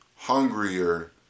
hungrier